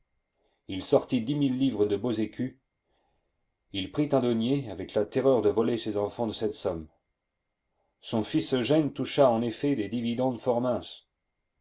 il sortit dix mille livres de beaux écus il prit un denier avec la terreur de voler ses enfants de cette somme son fils eugène toucha en effet des dividendes